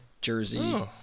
Jersey